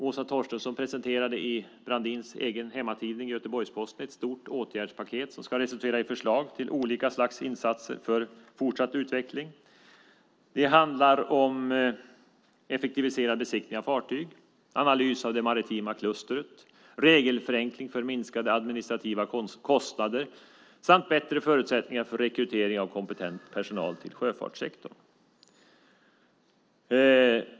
Åsa Torstensson presenterade i Brandins egen hemtidning Göteborgs-Posten ett stort åtgärdspaket som ska resultera i förslag till olika slags insatser för fortsatt utveckling. Det handlar om effektiviserad besiktning av fartyg, analys av det maritima klustret, regelförenkling för minskade administrativa kostnader samt bättre förutsättningar för rekrytering av kompetent personal till sjöfartssektorn.